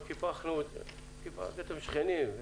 אתם שכנים.